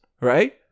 right